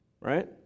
right